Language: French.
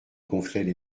gonflaient